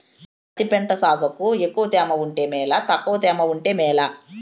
పత్తి పంట సాగుకు ఎక్కువగా తేమ ఉంటే మేలా తక్కువ తేమ ఉంటే మేలా?